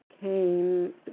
came